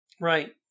Right